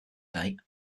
date